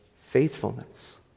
faithfulness